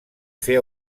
fer